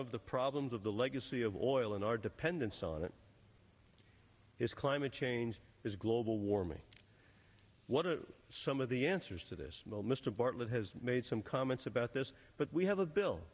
of the problems of the legacy of oil in our dependence on it is climate change is global warming what are some of the answers to this mold mr bartlett has made some comments about this but we have a bill